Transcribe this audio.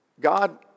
God